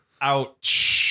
Ouch